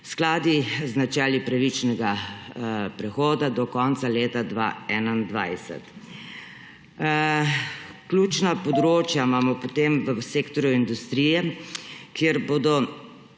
skladno z načeli pravičnega prehoda do konca leta 2021. Ključna področja imamo potem v sektorju industrije, kjer bo